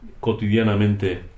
cotidianamente